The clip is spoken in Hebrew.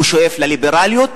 הוא שואף לליברליות,